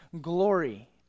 glory